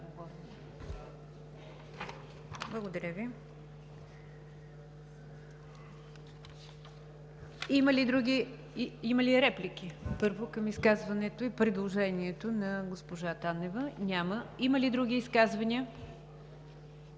Благодаря Ви. Има ли реплики към изказването и предложението на госпожа Танева? Няма. Има ли други изказвания?